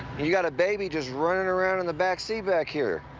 you got a baby just running around in the back seat back here.